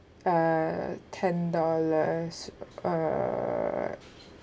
uh ten dollars uh